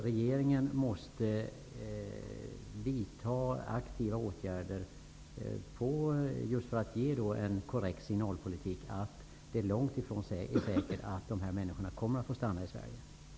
Regeringen måste vidta aktiva åtgärder just för att ge korrekta signaler om att det är långt ifrån säkert att de här människorna får stanna i Sverige.